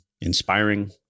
inspiring